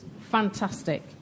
Fantastic